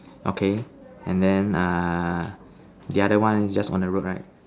okay and then uh the other one is just on the road right